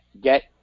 get